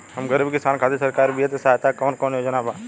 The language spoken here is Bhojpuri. हम गरीब किसान खातिर सरकारी बितिय सहायता के कवन कवन योजना बा?